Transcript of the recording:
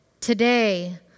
Today